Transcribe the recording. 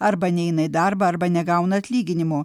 arba neina į darbą arba negauna atlyginimo